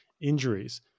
Injuries